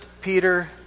Peter